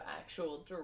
actual